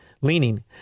leaning